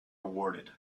awarded